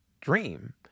dream